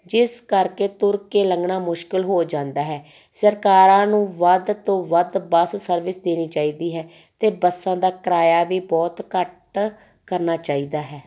ਜਿਸ ਕਰਕੇ ਤੁਰ ਕੇ ਲੰਘਣਾ ਮੁਸ਼ਕਿਲ ਹੋ ਜਾਂਦਾ ਹੈ ਸਰਕਾਰਾਂ ਨੂੰ ਵੱਧ ਤੋਂ ਵੱਧ ਬੱਸ ਸਰਵਿਸ ਦੇਣੀ ਚਾਹੀਦੀ ਹੈ ਅਤੇ ਬੱਸਾਂ ਦਾ ਕਿਰਾਇਆ ਵੀ ਬਹੁਤ ਘੱਟ ਕਰਨਾ ਚਾਹੀਦਾ ਹੈ